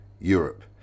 Europe